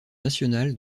national